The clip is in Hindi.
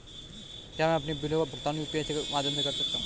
क्या मैं अपने बिलों का भुगतान यू.पी.आई के माध्यम से कर सकता हूँ?